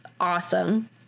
awesome